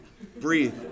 Breathe